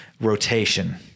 rotation